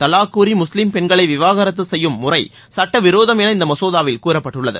தலாக் கூறி முஸ்லிம் பெண்களை விவாகரத்து செய்யும் முறை சுட்ட விரோதம் என இந்த மசோதாவில் கூறப்பட்டுள்ளது